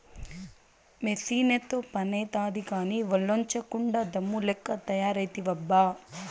మెసీనుతో పనైతాది కానీ, ఒల్లోంచకుండా డమ్ము లెక్క తయారైతివబ్బా